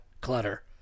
clutter